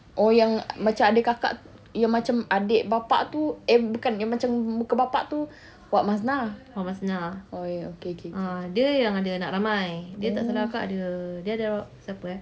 oh yang macam adik kakak tu yang macam adik bapa tu eh bukan yang macam muka bapa tu wak masnah oh ya okay okay oh